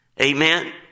Amen